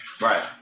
right